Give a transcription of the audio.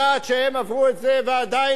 ועדיין הם חיים בתוכנו.